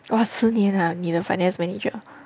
!wah! 十年 ah 你的 finance manager